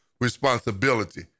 responsibility